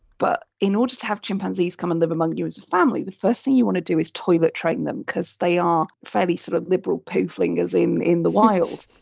but in order to have chimpanzees come and live among you as family, the first you want to do is toilet train them, because they are fairly sort of liberal poo-flingers in in the wild.